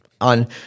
on